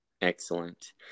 excellent